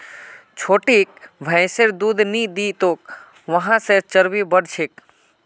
छोटिक भैंसिर दूध नी दी तोक वहा से चर्बी बढ़ छेक